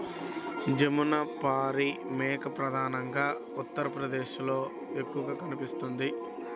జమునపారి మేక ప్రధానంగా ఉత్తరప్రదేశ్లో ఎక్కువగా కనిపిస్తుంది